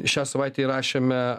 šią savaitę įrašėme